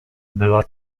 była